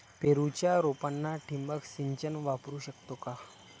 पेरूच्या रोपांना ठिबक सिंचन वापरू शकतो का?